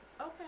Okay